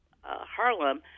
Harlem